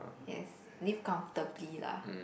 yes live comfortably lah